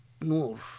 nur